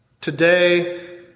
Today